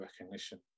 recognition